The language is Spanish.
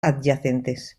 adyacentes